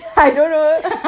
I don't know